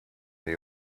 they